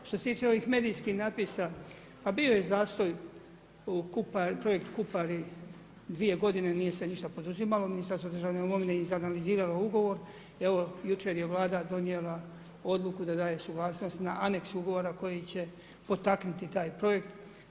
Što se tiče ovih medijskih natpisa, pa bio je zastoj broj Kupa, projekt Kupa, ali 2 g. se nije ništa poduzimalo, Ministarstvo državne imovine je iz analizirano ugovor, evo, jučer je Vlada donijela odluku da daje suglasnost na aneks ugovora, koji će potaknuti taj projekt.